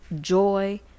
joy